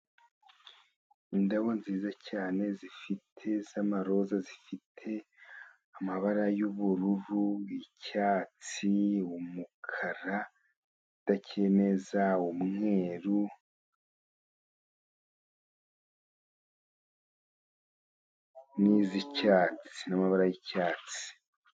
Indabo nziza cyane z'amaroza zifite amabara y'ubururu, icyatsi, umukara, udakeye neza, umweru n'iz'icyatsi n'amabara yi'icyatsi.